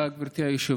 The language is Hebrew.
תודה, גברתי היושבת-ראש.